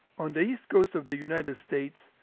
on the east coast of the united states,